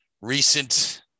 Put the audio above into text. recent